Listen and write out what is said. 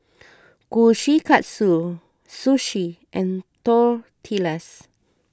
Kushikatsu Sushi and Tortillas